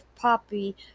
Poppy